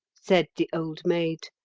said the old maid.